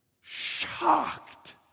Shocked